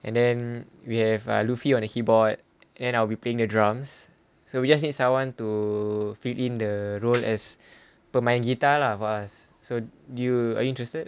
and then we have err loofy on the keyboard and I'll be paying the drums so we just need someone to fit in the role as pemain guitar lah for us so do you uh interested